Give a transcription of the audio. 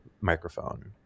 microphone